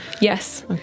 Yes